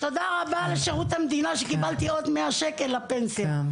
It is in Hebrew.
תודה רבה לשירות המדינה שקיבלתי עוד 100 ₪ לפנסיה,